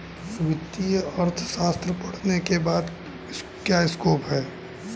वित्तीय अर्थशास्त्र पढ़ने के बाद क्या स्कोप है?